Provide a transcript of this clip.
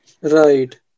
Right